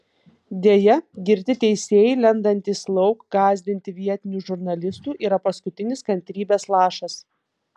deja girti teisėjai lendantys lauk gąsdinti vietinių žurnalistų yra paskutinis kantrybės lašas